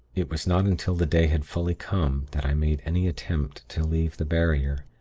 it was not until the day had fully come, that i made any attempt to leave the barrier,